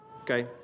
Okay